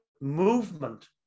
movement